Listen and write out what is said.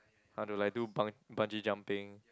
I don't know like do bung bungee jumping